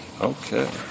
Okay